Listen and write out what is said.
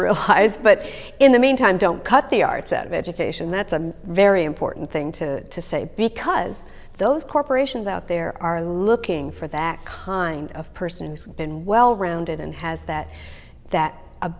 realized but in the meantime don't cut the arts out of education that's a very important thing to say because those corporations out there are looking for that kind of person who's been well rounded and has that that